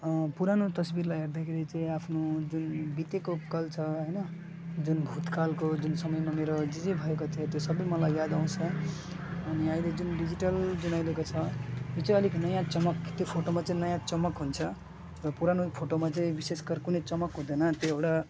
पुरानो तस्विरलाई हेर्दाखेरि चाहिँ आफ्नो जुन बितेको कल छ होइन जुन भुतकालको जुन समयमा मेरो जे जे भएको थियो त्यो सबै मलाई याद आउँछ अनि अहिले जुन डिजिटल जुन अहिलेको छ त्यो चाहिँ अलिक नयाँ चमक त्यो फोटोमा छे नयाँ चमक हुन्छ र पुरानो फोटोमा चाहिँ विशेषकर कुनै चमक हुँदैन त्यो एउटा